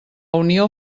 unió